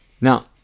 Now